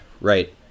Right